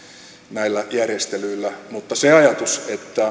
näillä järjestelyillä mutta se ajatus että